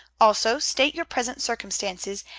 also state your present circumstances,